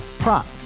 Prop